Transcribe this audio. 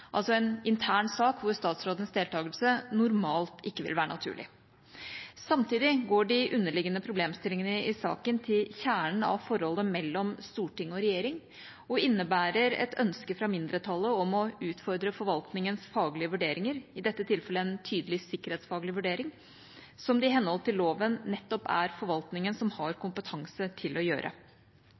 altså en intern sak hvor statsrådens deltakelse normalt ikke vil være naturlig. Samtidig går de underliggende problemstillingene i saken til kjernen av forholdet mellom storting og regjering og innebærer et ønske fra mindretallet om å utfordre forvaltningens faglige vurderinger, i dette tilfellet en tydelig sikkerhetsfaglig vurdering, som det i henhold til loven nettopp er forvaltningen som har kompetanse til å gjøre.